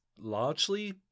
largely